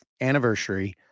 anniversary